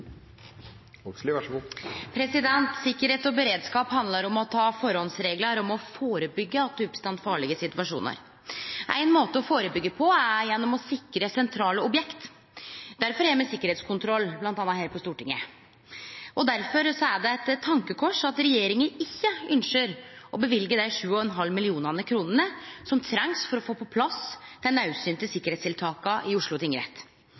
og beredskap handlar om å ta forholdsreglar, om å førebyggje at det oppstår farlege situasjonar. Ein måte å førebyggje på er gjennom å sikre sentrale objekt. Difor har me sikkerheitskontroll bl.a. her på Stortinget. Og derfor er det eit tankekors at regjeringa ikkje ynskjer å løyve dei 7,5 mill. kronene som trengs for å få på plass dei naudsynte sikkerheitstiltaka i Oslo tingrett.